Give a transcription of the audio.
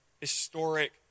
historic